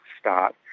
start